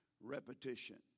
repetition